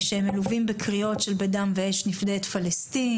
שמלווים בקריאות של בדם ואש נפדה את פלשתין,